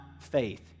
faith